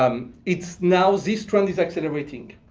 um it's now this trend is accelerating.